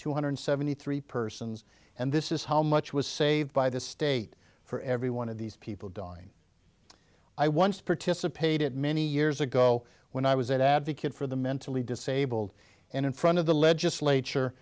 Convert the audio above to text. two hundred seventy three persons and this is how much was saved by the state for every one of these people dying i once participated many years ago when i was an advocate for the mentally disabled and in front of the legislature